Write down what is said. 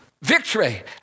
Victory